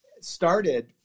started